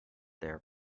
their